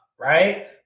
right